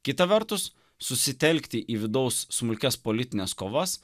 kita vertus susitelkti į vidaus smulkias politines kovas